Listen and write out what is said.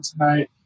tonight